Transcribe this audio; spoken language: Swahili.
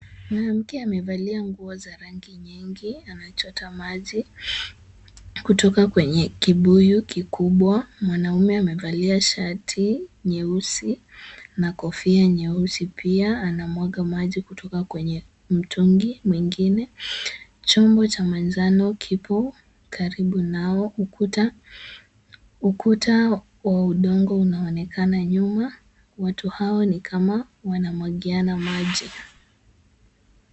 Mwanamke amevalia nguo za rangi nyingi anachota maji kutoka kwenye kibuyu kikubwa. Mwanaume amevalia shati nyeusi na kofia nyeusi pia. Anamwaga maji kutoka kwenye mtungi mwingine. Chombo chenye manjano kipo karibu nao. Ukuta wa udongo unaonekana nyuma. Watu hao wanamwagiana maji.